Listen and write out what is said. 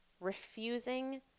refusing